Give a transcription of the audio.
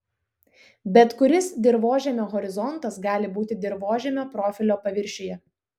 bet kuris dirvožemio horizontas gali būti dirvožemio profilio paviršiuje